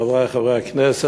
חברי חברי הכנסת,